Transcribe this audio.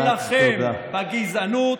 נילחם בגזענות,